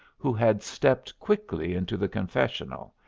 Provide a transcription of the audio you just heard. who had stepped quickly into the confessional,